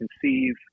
conceive